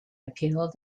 appealed